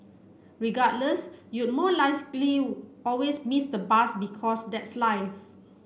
regardless you'd more always miss the bus because that's life